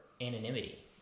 anonymity